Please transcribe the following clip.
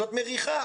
זאת מריחה.